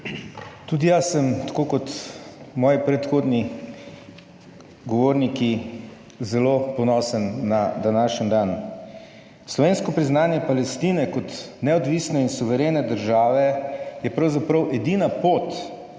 Tudi jaz sem tako kot moji predhodni govorniki zelo ponosen na današnji dan. Slovensko priznanje Palestine kot neodvisne in suverene države je pravzaprav edina pot miru,